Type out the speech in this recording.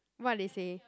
what they say